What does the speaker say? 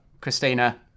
Christina